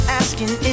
asking